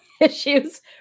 issues